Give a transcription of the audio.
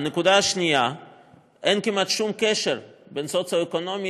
דבר נוסף הוא שאין כמעט שום קשר בין מצב סוציו-אקונומי